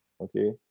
Okay